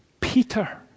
Peter